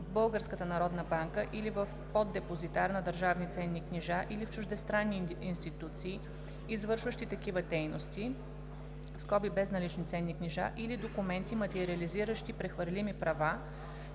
в Българската народна банка или в поддепозитар на държавни ценни книжа, или в чуждестранни институции, извършващи такива дейности (безналични ценни книжа), или документи, материализиращи прехвърлими права